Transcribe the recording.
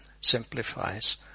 simplifies